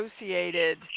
associated